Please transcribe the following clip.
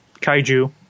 kaiju